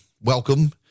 Welcome